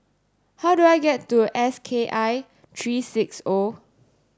how do I get to S K I three six O